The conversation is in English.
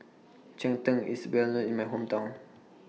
Cheng Tng IS Well known in My Hometown